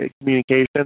communication